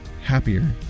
happier